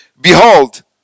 behold